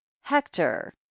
Hector